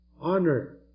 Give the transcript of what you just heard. Honor